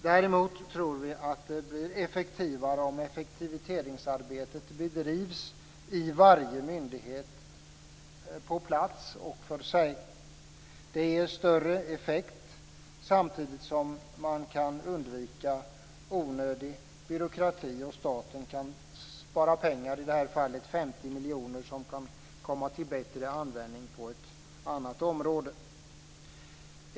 Däremot tror vi att det blir effektivare och effektiviseringsarbetet bedrivs i varje myndighet på plats och för sig. Det ger större effekt samtidigt som man kan undvika onödig byråkrati och staten kan spara pengar. I det här fallet rör det sig om 50 miljoner som kan komma till bättre användning på ett annat området.